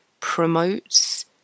promotes